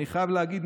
אני חייב להגיד,